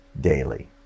daily